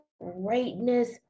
greatness